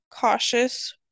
Cautious